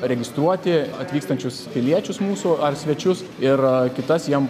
registruoti atvykstančius piliečius mūsų ar svečius ir kitas jiem